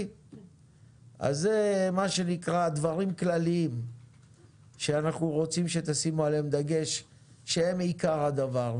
אלה דברים כלליים שאנחנו רוצים שתשימו עליהם דגש שהם עיקר הדבר.